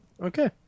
Okay